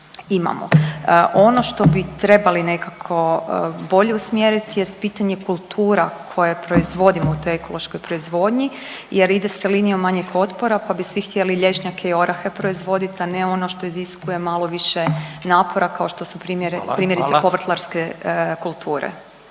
imamo. Ono što bi trebali nekako bolje usmjeriti jest pitanje kultura koje proizvodimo u toj ekološkoj proizvodnji jer ide se linijom manjeg otpora pa bi svih htjeli lješnjake i orahe proizvoditi, a ne ono što iziskuje malo više napora kao što su …/Upadica: Hvala, hvala./…